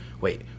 Wait